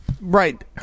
Right